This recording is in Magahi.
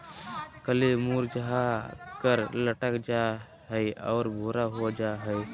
कली मुरझाकर लटक जा हइ और भूरा हो जा हइ